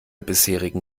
bisherigen